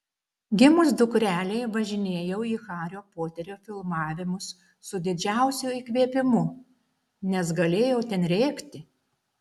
gimus dukrelei važinėjau į hario poterio filmavimus su didžiausiu įkvėpimu nes galėjau ten rėkti